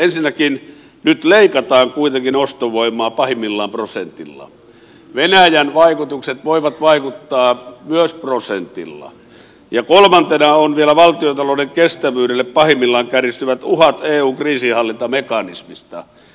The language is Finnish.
ensinnäkin nyt leikataan kuitenkin ostovoimaa pahimmillaan prosentilla venäjän tapahtumat voivat vaikuttaa myös prosentilla ja kolmantena ovat vielä pahimmillaan kärjistyvät uhat valtiontalouden kestävyydelle johtuen eun kriisinhallintamekanismista